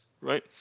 right